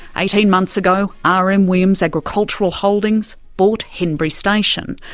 eighteen months ago r. m. williams agricultural holdings bought henbury station,